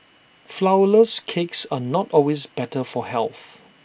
Flourless Cakes are not always better for health